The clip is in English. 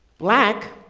black?